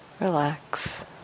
Relax